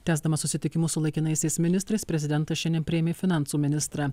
tęsdamas susitikimus su laikinaisiais ministrais prezidentas šiandien priėmė finansų ministrą